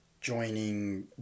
joining